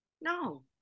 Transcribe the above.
No